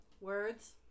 words